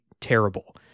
terrible